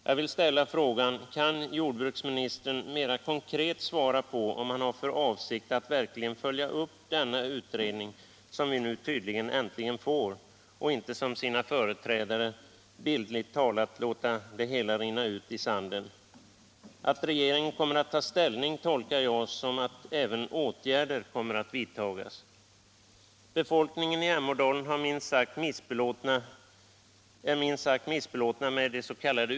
Jag vill ställa frågan: Kan jordbruksministern mera konkret svara på om han har för avsikt att verkligen följa upp den utredning, som vi nu tydligen äntligen får, och inte som sina företrädare bildligt talat låta det hela rinna ut i sanden? Att regeringen kommer att ta ställning tolkar jag så, att åtgärder också kommer att vidtas. Befolkningen i Emådalen är minst sagt missbelåten med de sk.